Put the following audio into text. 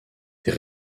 des